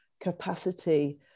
capacity